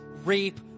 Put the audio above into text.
reap